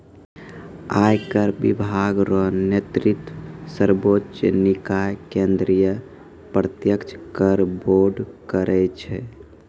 आयकर विभाग रो नेतृत्व सर्वोच्च निकाय केंद्रीय प्रत्यक्ष कर बोर्ड करै छै